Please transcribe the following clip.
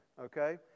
Okay